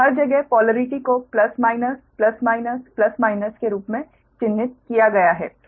तो हर जगह पोलरिटी को plus minus plus minus plus minus के रूप में चिह्नित किया गया है